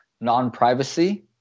non-privacy